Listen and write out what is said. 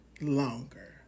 longer